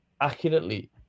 accurately